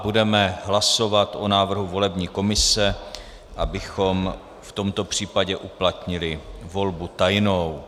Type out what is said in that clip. Budeme hlasovat o návrhu volební komise, abychom v tomto případě uplatnili volbu tajnou.